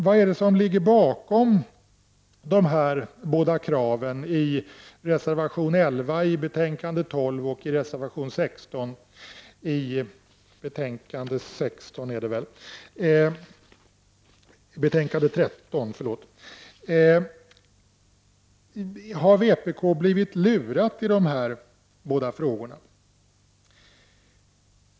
Vad är det som ligger bakom dessa båda krav i reservation 11 till betänkande UbU12 och i reservation 16 till betänkande UbU13? Har man i vpk blivit lurad i dessa båda frågor?